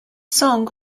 song